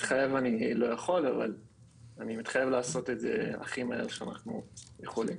להתחייב אני לא יכול אבל אני מתחייב לעשות את זה הכי מהר שאנחנו יכולים.